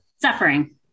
Suffering